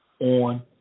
on